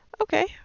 Okay